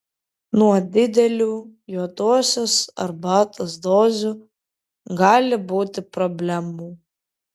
nuo didelių juodosios arbatos dozių gali būti problemų